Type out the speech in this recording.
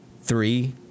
Three